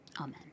Amen